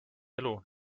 elu